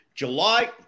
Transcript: July